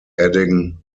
adding